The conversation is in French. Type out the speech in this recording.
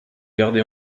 garder